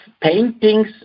paintings